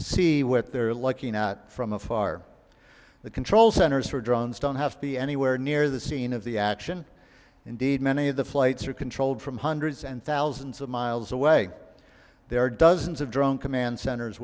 see what they're looking at from afar the control centers for drones don't have to be anywhere near the scene of the action indeed many of the flights are controlled from hundreds and thousands of miles away there are dozens of drone command centers